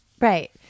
right